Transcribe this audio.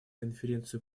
конференцию